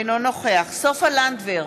אינו נוכח סופה לנדבר,